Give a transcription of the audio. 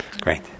Great